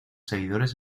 seguidores